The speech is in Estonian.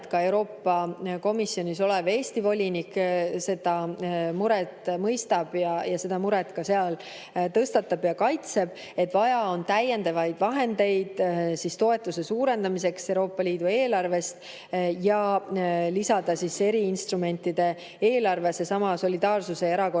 ka Euroopa Komisjonis olev Eesti volinik seda muret mõistab, seda muret seal ka tõstatab ja kaitseb. Vaja on täiendavaid vahendeid toetuse suurendamiseks Euroopa Liidu eelarvest ja lisada eriinstrumentide eelarve, seesama solidaarsuse ja erakorralise